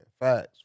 facts